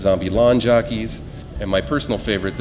zombie lawn jockeys and my personal favorite